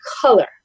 color